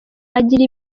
agira